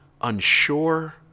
unsure